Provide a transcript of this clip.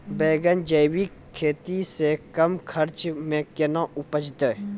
बैंगन जैविक खेती से कम खर्च मे कैना उपजते?